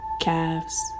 calves